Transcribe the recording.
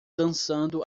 dançando